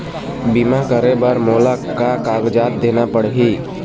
बीमा करे बर मोला का कागजात देना पड़ही?